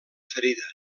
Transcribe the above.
ferida